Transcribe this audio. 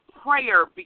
prayer